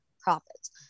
profits